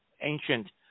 ancient